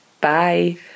bye